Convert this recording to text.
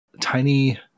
tiny